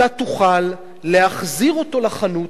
אתה תוכל להחזיר אותו לחנות,